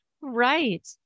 Right